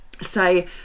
say